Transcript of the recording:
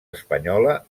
espanyola